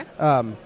Okay